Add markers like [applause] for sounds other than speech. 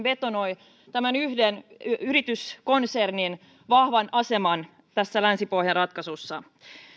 [unintelligible] betonoi yhden yrityskonsernin vahvan aseman tässä länsi pohja ratkaisussa